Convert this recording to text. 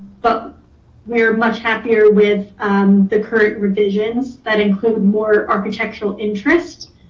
but we're much happier with the current revisions that include more architectural interest.